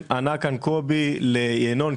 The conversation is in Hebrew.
ענה כאן קובי לינון,